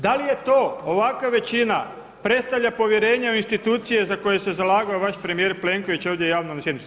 Da li je to ovakva većina predstavlja povjerenje u institucije za koje se zalagao vaš premijer Plenković ovdje javno na sjednici?